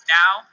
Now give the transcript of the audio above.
now